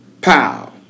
pow